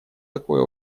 такое